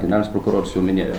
generalinis prokuroras jau minėjo